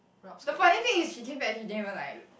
the funny thing is she came back she didn't even like